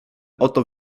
oto